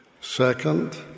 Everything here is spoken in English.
Second